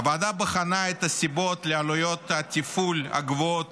הוועדה בחנה את הסיבות לעלויות התפעול הגבוהות